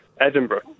Edinburgh